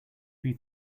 few